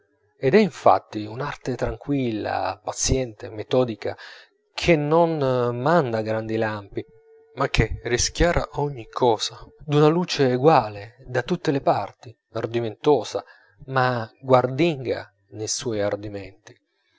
ed è infatti un'arte tranquilla paziente metodica che non manda grandi lampi ma che rischiara ogni cosa d'una luce eguale da tutte le parti ardimentosa ma guardinga nei suoi ardimenti